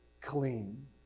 clean